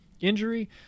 injury